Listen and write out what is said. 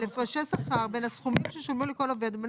על הפרשי שכר בין הסכומים ששולמו לכל עובד ובין